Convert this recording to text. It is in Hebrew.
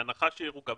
בהנחה שהיא ירוקה,